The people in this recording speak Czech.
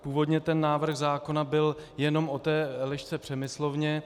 Původně návrh zákona byl jenom o té Elišce Přemyslovně.